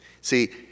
See